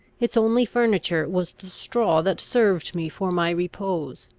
its only furniture was the straw that served me for my repose.